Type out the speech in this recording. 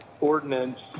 ordinance